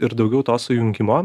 ir daugiau to sujungimo